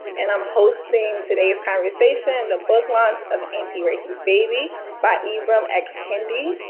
and i'm hosting today's conversation, the book launch of antiracist baby by ibram x. kendi,